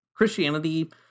Christianity